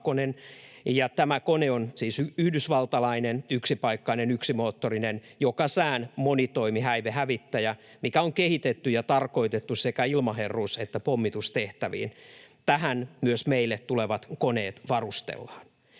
tämä kone on siis yhdysvaltalainen, yksipaikkainen, yksimoottorinen joka sään monitoimihäivehävittäjä, mikä on kehitetty ja tarkoitettu sekä ilmaherruus- että pommitustehtäviin. Tähän myös meille tulevat koneet varustellaan.